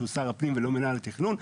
שהוא שר הפנים ולא מינהל התכנון.